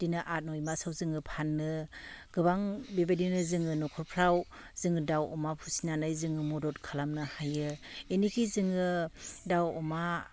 बिदिनो आठ नय मासाव जोङो फानो गोबां बेबायदिनो जोङो न'खरफ्राव जोङो दाउ अमा फिसिनानै जोङो मदद खालामनो हायो एनेखे जोङो दाउ अमा